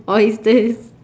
oysters